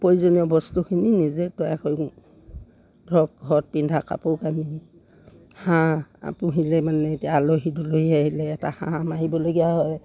প্ৰয়োজনীয় বস্তুখিনি নিজে তৈয়াৰ কৰোঁ ধৰক ঘৰত পিন্ধা কাপোৰ কানি হাঁহ পুহিলে মানে এতিয়া আলহী দুলহী আহিলে এটা হাঁহ মাৰিবলগীয়া হয়